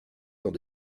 dans